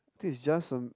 think is just some